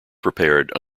prepared